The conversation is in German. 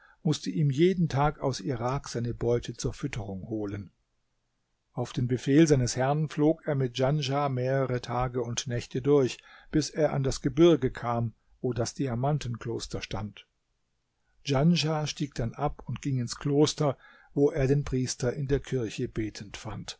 mußte ihm jeden tag aus irak seine beute zur fütterung holen auf den befehl seines herrn flog er mit djanschah mehrere tage und nächte durch bis er an das gebirge kam wo das diamantenkloster stand djanschah stieg dann ab und ging ins kloster wo er den priester in der kirche betend fand